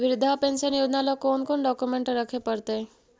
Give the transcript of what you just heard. वृद्धा पेंसन योजना ल कोन कोन डाउकमेंट रखे पड़तै?